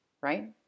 right